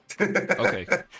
Okay